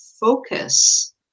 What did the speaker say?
focus